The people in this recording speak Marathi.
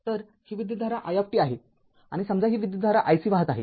तरही विद्युतधारा i आहे आणि समजा ही विद्युतधारा iC वाहत आहे